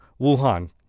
Wuhan